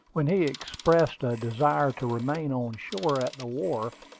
when he expressed a desire to remain on shore, at the wharf,